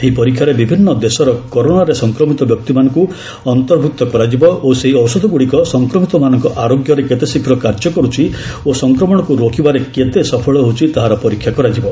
ଏହି ପରୀକ୍ଷାରେ ବିଭିନ୍ନ ଦେଶର କରୋନାରେ ସଂକ୍ରମିତ ବ୍ୟକ୍ତିମାନଙ୍କୁ ଅନ୍ତର୍ଭୁକ୍ତ କରାଯିବ ଓ ସେହି ଔଷଧଗୁଡ଼ିକ ସଂକ୍ରମିତମାନଙ୍କ ଆରୋଗ୍ୟରେ କେତେଶୀଘ୍ର କାର୍ଯ୍ୟ କରୁଛି ଓ ସଂକ୍ରମଣକୁ ରୋକିବାରେ କେତେ ସଫଳ ହେଉଛି ତାହାର ପରୀକ୍ଷା କରାଯିବ